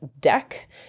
deck